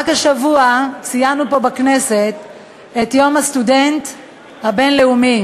רק השבוע ציינו פה בכנסת את יום הסטודנט הלאומי.